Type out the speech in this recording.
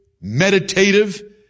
meditative